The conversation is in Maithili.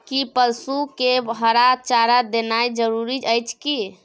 कि पसु के हरा चारा देनाय जरूरी अछि की?